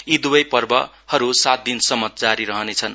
यी पर्वहरु सात दिनसम्म जारी रहनेछन्